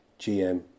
GM